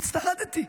הצטרדתי,